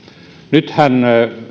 nythän